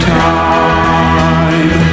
time